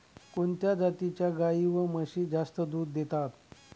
कोणत्या जातीच्या गाई व म्हशी जास्त दूध देतात?